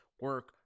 Work